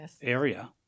area